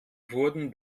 wurden